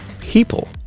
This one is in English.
people